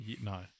No